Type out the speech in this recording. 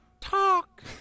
talk